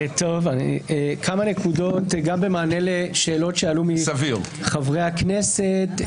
כמה נקודות גם במענה לשאלות שעלו מחברי הכנסת,